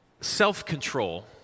Self-control